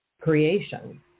creation